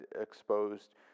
exposed